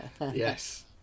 yes